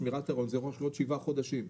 שמירת הריון יכולה לקחת שבעה חודשים,